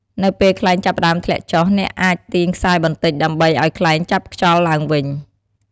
នៅពេលខ្លែងចាប់ផ្តើមធ្លាក់ចុះ អ្នកអាចទាញខ្សែបន្តិចដើម្បីឱ្យខ្លែងចាប់ខ្យល់ឡើងវិញ។